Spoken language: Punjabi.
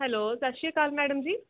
ਹੈਲੋ ਸਤਿ ਸ਼੍ਰੀ ਅਕਾਲ ਮੈਡਮ ਜੀ